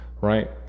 right